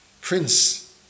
Prince